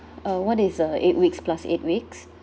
uh what is uh eight weeks plus eight weeks